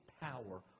power